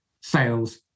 sales